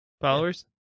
followers